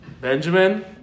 Benjamin